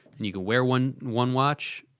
and you can wear one one watch,